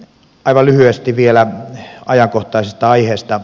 aivan lyhyesti vielä ajankohtaisesta aiheesta